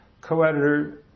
co-editor